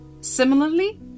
Similarly